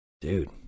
dude